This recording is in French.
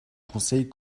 conseil